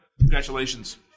Congratulations